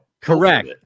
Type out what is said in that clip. Correct